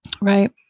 Right